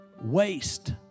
waste